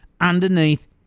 underneath